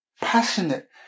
passionate